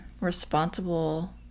responsible